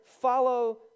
follow